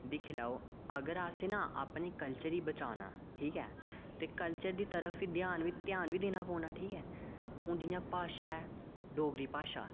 दिक्खी लैओ अगर असें ना अपने कल्चर गी बचाना ठीक ऐ ते कल्चर दी तरफ ई ध्यान बी देना पौना ठीक ऐ हून जि'यां भाशा ऐ डोगरी भाशा